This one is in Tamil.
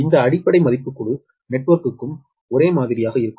இந்த அடிப்படை மதிப்பு முழு நெட்வொர்க்குக்கும் ஒரே மாதிரியாக இருக்கும்